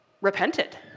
repented